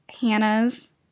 Hannah's